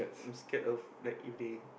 I'm scared of like if they